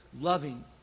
loving